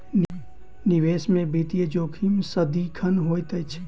निवेश में वित्तीय जोखिम सदिखन होइत अछि